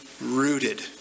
rooted